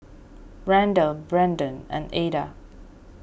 Randle Branden and Ada